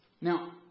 Now